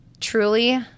Truly